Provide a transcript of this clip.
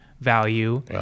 value